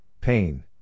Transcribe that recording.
pain